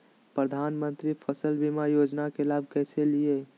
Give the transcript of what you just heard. प्रधानमंत्री फसल बीमा योजना के लाभ कैसे लिये?